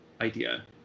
idea